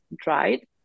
dried